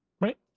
Right